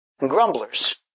grumblers